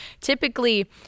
typically